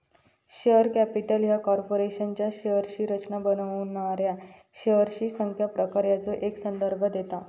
share capital ह्या कॉर्पोरेशनच्या शेअर्सची रचना बनवणाऱ्या शेअर्सची संख्या, प्रकार यांचो ही संदर्भ देता